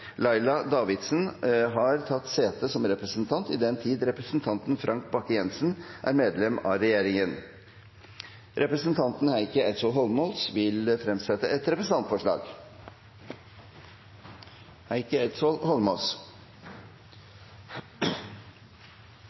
Laila Davidsen, har tatt sete som representant i den tid representanten Frank Bakke-Jensen er medlem av regjeringen. Representanten Heikki Eidsvoll Holmås vil framsette et representantforslag.